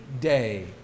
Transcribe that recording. day